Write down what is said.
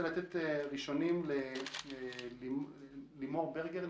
לימור ברגר,